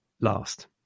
last